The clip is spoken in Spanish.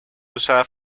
usada